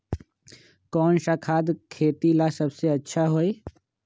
कौन सा खाद खेती ला सबसे अच्छा होई?